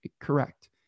Correct